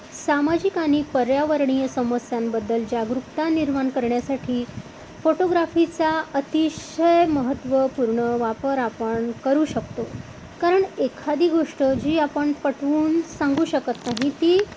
सामाजिक आणि पर्यावरणीय समस्यांबद्दल जागरूकता निर्माण करण्यासाठी फोटोग्राफीचा अतिशय महत्त्वपूर्ण वापर आपण करू शकतो कारण एखादी गोष्ट जी आपण पटवून सांगू शकत नाही ती